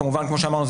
כמובן כמו שאמרנו,